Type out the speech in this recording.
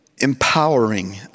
empowering